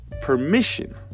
permission